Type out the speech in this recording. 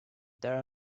there